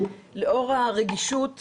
לאור הרגישות הגדולה,